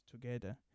together